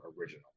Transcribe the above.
original